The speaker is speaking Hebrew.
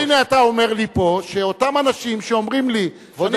והנה אתה אומר לי פה שאותם אנשים שאומרים לי שאני